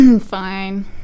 fine